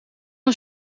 een